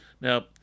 Now